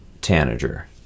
tanager